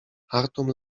chartum